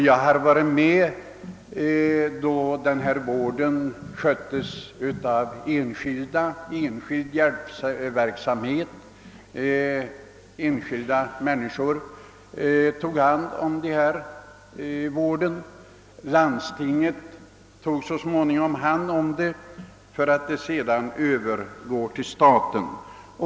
Jag har varit med då denna vård sköttes av enskilda — det var enskilda människor som då handhade denna vård. Sedan tog landstingen så småningom hand om vården, varefter den överfördes på staten.